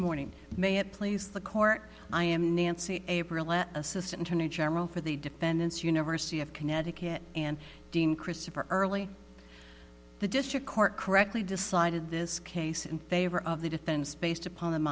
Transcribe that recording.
morning and may it please the court i am nancy assistant attorney general for the defense university of connecticut and dean christopher early the district court correctly decided this case in favor of the defense based upon the